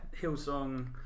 ...Hillsong